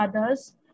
others